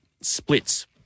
splits